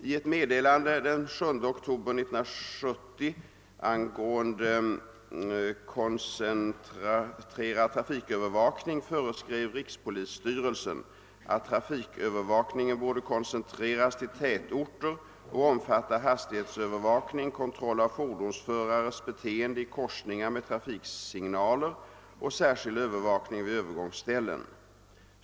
I ett meddelande den 7 oktober 1970 angående koncentrerad trafikövervakning föreskrev rikspolisstyrelsen att trafikövervakningen borde koncentreras till tätorter och omfatta hastighetsövervakning, kontroll av fordonsförares beteende i korsningar med trafiksignaler och särskild övervakning vid Öövergångsställen.